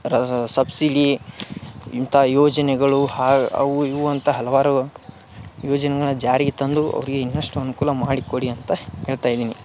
ರ ಸಬ್ಸೀಡಿ ಇಂಥಾ ಯೋಜನೆಗಳು ಹಾ ಅವು ಇವು ಅಂತ ಹಲವಾರು ಯೋಜನೆಗಳ ಜಾರಿಗೆ ತಂದು ಅವರಿಗೆ ಇನ್ನಷ್ಟು ಅನುಕೂಲ ಮಾಡಿಕೊಡಿ ಅಂತ ಹೇಳ್ತಾ ಇದ್ದೀನಿ